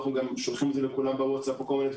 הם שולחים אותו לכולם ב-WhatsApp וכולי.